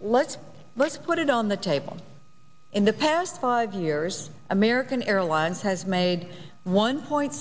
let's let's put it on the table in the past five years american airlines has made one point